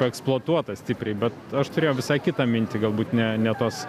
eksploatuotas stipriai bet aš turėjau visai kitą mintį galbūt ne ne tos